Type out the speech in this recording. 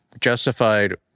justified